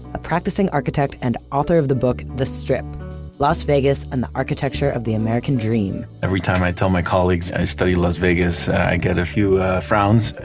a practicing architect and author of the book, the strip las vegas and the architecture of the american dream every time i tell my colleagues i study las vegas i get a few frowns.